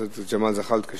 של חבר הכנסת ג'מאל זחאלקה,